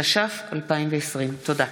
התש"ף 2020. תודה.